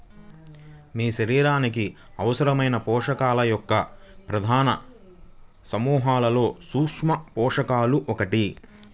మీ శరీరానికి అవసరమైన పోషకాల యొక్క ప్రధాన సమూహాలలో సూక్ష్మపోషకాలు ఒకటి